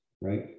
right